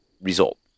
result